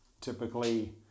typically